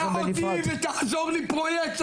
קח אותי ותעזור לי פרויקט,